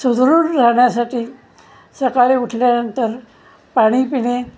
सुदृढ राहण्यासाठी सकाळी उठल्यानंतर पाणी पिणे